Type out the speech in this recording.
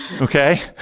okay